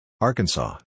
Arkansas